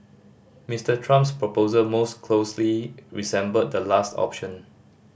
Mister Trump's proposal most closely resembled the last option